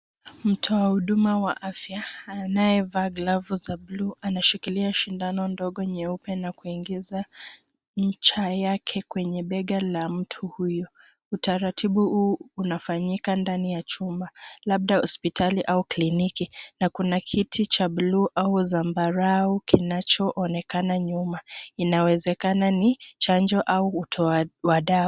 Mtu wa huduma wa afya anayevaa glavu za buluu, anashikilia sindano ndogo nyeupe na kuingiza ncha yake kwenye bega la mtu huyu. Utaratibu huu unafanyika ndani ya chumba, labda hospitali au kliniki, na kuna kiti cha buluu au zambarau kinachoonekana nyuma. Inawezekana ni chanjo au utoa wa damu.